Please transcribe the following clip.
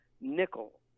nickel